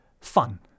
fun